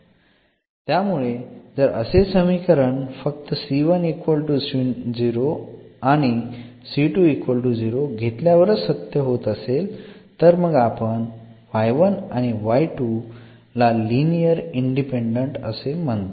त्यामुळे जर असे समीकरण फक्त आणि घेतल्यावरच सत्य होत असेल तर मग आपण आणि ला लिनिअर इंडिपेंडंट असे म्हणतो